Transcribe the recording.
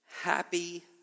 Happy